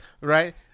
Right